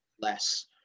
less